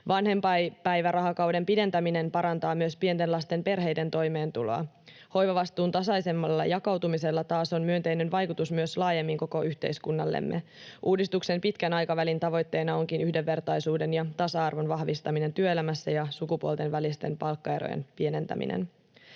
Vanhempainpäivärahakauden pidentäminen parantaa myös pienten lasten perheiden toimeentuloa. Hoivavastuun tasaisemmalla jakautumisella taas on myönteinen vaikutus myös laajemmin koko yhteiskuntaamme. Uudistuksen pitkän aikavälin tavoitteena onkin yhdenvertaisuuden ja tasa-arvon vahvistaminen työelämässä ja sukupuolten välisten palkkaerojen pienentäminen.